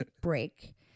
break